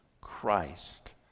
Christ